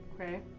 Okay